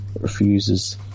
refuses